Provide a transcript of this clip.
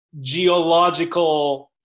geological